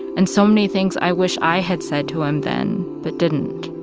and so many things i wish i had said to him then but didn't